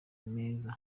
meza